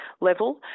level